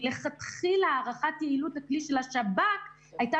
כי מלכתחילה הערכת יעילות הכלי של השב"כ היתה